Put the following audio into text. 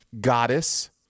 goddess